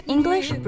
English